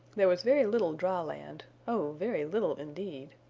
there was very little dry land oh, very little indeed!